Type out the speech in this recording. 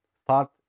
start